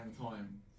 time